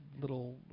Little